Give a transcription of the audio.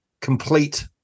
complete